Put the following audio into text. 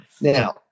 Now